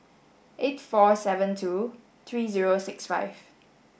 eight four seven two three zero six five